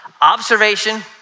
Observation